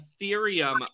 Ethereum